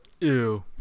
Ew